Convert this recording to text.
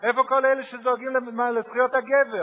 איפה כל אלה שזועקים לזכויות הגבר?